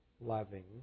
loving